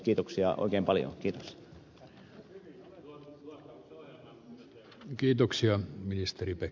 kiitoksia oikein paljon